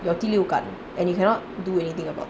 有第六感 and you cannot do anything about it